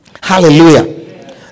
Hallelujah